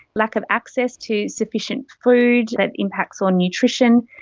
lack of access to sufficient food that impacts on nutrition.